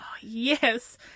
yes